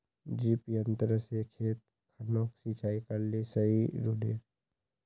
डिरिपयंऋ से खेत खानोक सिंचाई करले सही रोडेर?